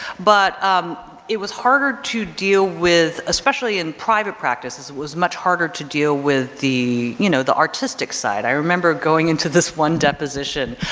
but um it was harder to deal with, especially in private practice it was much harder to deal with the you know, the artistic side. i remember going into this one deposition,